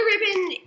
ribbon